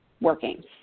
working